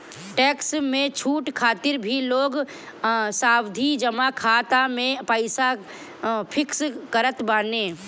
tax में छूट खातिर भी लोग सावधि जमा खाता में पईसा फिक्स करत बाने